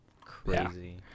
crazy